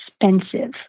expensive